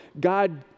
God